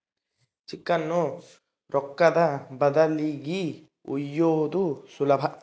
ಚೆಕ್ಕುನ್ನ ರೊಕ್ಕದ ಬದಲಿಗಿ ಒಯ್ಯೋದು ಸುಲಭ